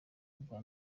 bwa